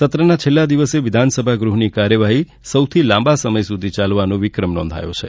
સત્રના છેલ્લાં દિવસે વિધાનસભા ગૃહની કાર્યવાહી સૌથી લાંબા સમય સુધી ચાલવાનો વિક્રમ નોંધાયો છે